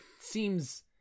seems